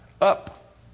Up